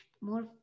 more